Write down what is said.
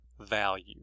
value